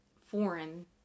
foreign